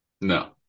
No